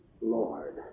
Lord